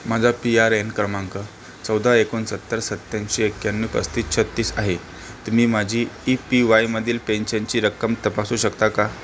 माझा P R N क्रमांक चौदा एकोणसत्तर सत्त्याऐंशी एक्याण्णव पस्तीस छत्तीस आहे तुम्ही माझी ई पी वायमधील पेन्शनची रक्कम तपासू शकता का